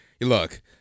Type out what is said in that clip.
look